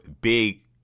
big